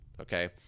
okay